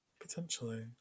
Potentially